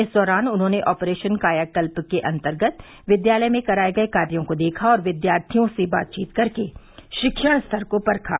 इस दौरान उन्होंने ऑपरेशन कायाकल्प के अन्तर्गत विद्यालय में कराये गये कार्यो को देखा और विद्यार्थियों से बातचीत कर शिक्षण स्तर को परखा